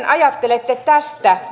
ajattelette tästä